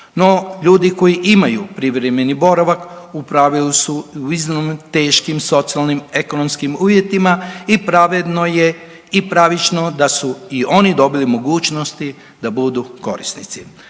ljudi koji imaju privremeni boravak u pravilu su u iznimno teškim socijalnim ekonomskim uvjetima i pravedno je i pravično da su i oni dobili mogućnosti da budu korisnici.